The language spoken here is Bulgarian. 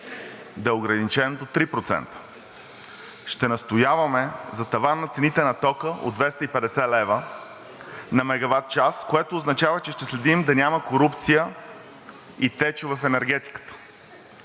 да е ограничен до 3%. Ще настояваме за таван на цените на тока от 250 лв. на мегаватчас, което означава, че ще следим да няма корупция и теч в енергетиката.